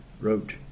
wrote